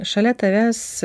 šalia tavęs